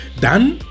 dann